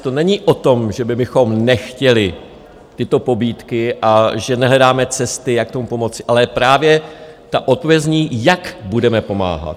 To není o tom, že my bychom nechtěli tyto pobídky a že nehledáme cesty, jak tomu pomoci, ale právě ta odpověď zní: jak budeme pomáhat?